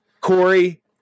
Corey